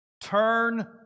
turn